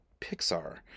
Pixar